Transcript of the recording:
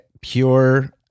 pure